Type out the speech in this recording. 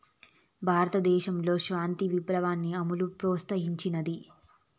భారతదేశంలో శ్వేత విప్లవాన్ని అమూల్ ప్రోత్సహించినాది